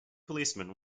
policemen